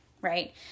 right